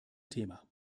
thema